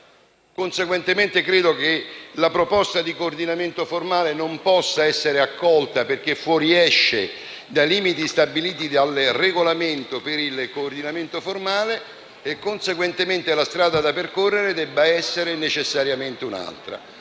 Pertanto, credo che la proposta di coordinamento formale non possa essere accolta perché fuoriesce dai limiti stabiliti dal Regolamento del Senato per il coordinamento formale e che, conseguentemente, la strada da percorrere debba essere necessariamente un'altra.